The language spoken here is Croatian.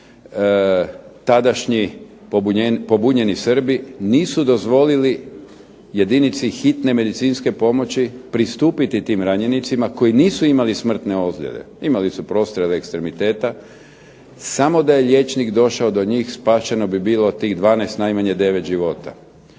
tadašnji pobunjeni Srbi nisu dozvolili jedinici Hitne medicinske pomoći pristupiti tim ranjenicima koji nisu imali smrtne ozljede. Imali su prostrijele ekstremiteta, samo da je liječnik došao do njih spašeno bi bilo tih 12, najmanje 9 života.